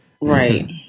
right